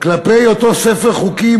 אותו ספר חוקים,